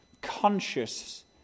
conscious